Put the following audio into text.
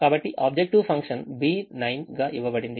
కాబట్టి objective function B9 గా ఇవ్వబడింది